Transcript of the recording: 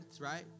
right